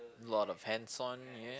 lot of hands-on ya